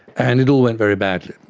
and it all went very badly,